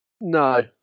No